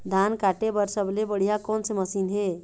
धान काटे बर सबले बढ़िया कोन से मशीन हे?